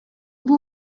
бул